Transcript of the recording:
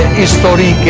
is found